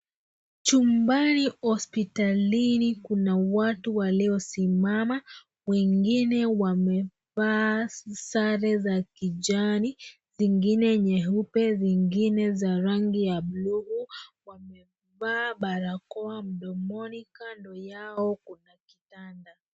Chumbani hospitalini, kuna watu waliosimama. Wengine wamevaa sare za kijani, zingine nyeupe, zingine za rangi ya bluu. Wamevaa barakoa mdomoni kando yao kuna kitanda.